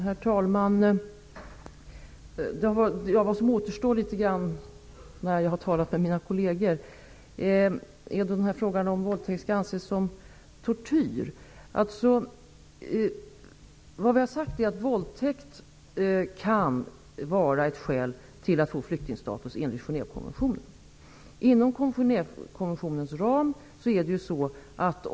Herr talman! Vad som återstår när jag har talat med mina kolleger är frågan om huruvida våldtäkt skall anses som tortyr. Vi har sagt att våldtäkt kan vara ett skäl till att få flyktingstatus enligt Genèvekonventionen.